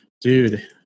Dude